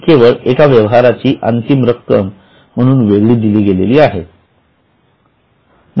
ती केवळ एका व्यवहाराची अंतिम रक्कम म्हणून वेगळी दिली गेली आहे